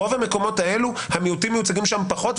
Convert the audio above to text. ברוב המקומות האלו המיעוטים מיוצגים שם פחות,